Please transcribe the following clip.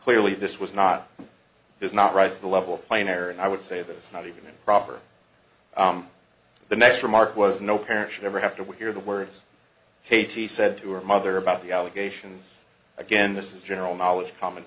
clearly this was not does not rise to the level planer and i would say that it's not even improper the next remark was no parent should ever have to will hear the words katie said to her mother about the allegations again this is general knowledge common